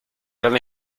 gran